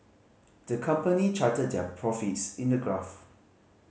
the company charted their profits in a graph